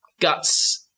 guts –